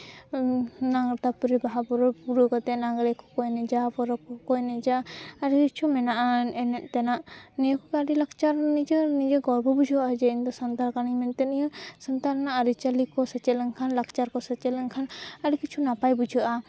ᱛᱟᱯᱚᱨᱮ ᱵᱟᱦᱟ ᱯᱚᱨᱚᱵᱽ ᱦᱩᱭ ᱠᱟᱛᱮ ᱞᱟᱜᱽᱬᱮ ᱠᱚᱠᱚ ᱮᱱᱮᱡᱟ ᱯᱚᱨᱚᱵᱽ ᱠᱚᱠᱚ ᱮᱱᱮᱡᱟ ᱟᱹᱰᱤ ᱠᱤᱪᱷᱩ ᱢᱮᱱᱟᱜᱼᱟ ᱮᱱᱮᱡ ᱛᱮᱱᱟᱜ ᱱᱤᱭᱟᱹ ᱠᱚᱜᱮ ᱟᱹᱰᱤ ᱞᱟᱠᱪᱟᱨ ᱤᱭᱟᱹ ᱱᱤᱡᱮ ᱜᱚᱨᱵᱚ ᱵᱩᱡᱷᱟᱹᱜᱼᱟ ᱡᱮ ᱤᱧ ᱫᱚ ᱥᱟᱱᱛᱟᱲ ᱠᱟᱹᱱᱟᱹᱧ ᱢᱮᱱᱛᱮ ᱤᱭᱟᱹ ᱥᱟᱶᱛᱟ ᱨᱮᱱᱟᱜ ᱟᱹᱨᱤᱼᱪᱟᱹᱞᱤ ᱠᱚ ᱥᱮᱪᱮᱫ ᱞᱮᱱᱠᱷᱟᱱ ᱞᱟᱠᱪᱟᱨ ᱠᱚ ᱥᱮᱪᱮᱫ ᱞᱮᱱᱠᱷᱟᱱ ᱟᱹᱰᱤ ᱠᱤᱪᱷᱩ ᱱᱟᱯᱟᱭ ᱵᱩᱡᱷᱟᱹᱜᱼᱟ